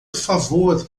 favor